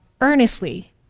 earnestly